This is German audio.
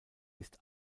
ist